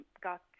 got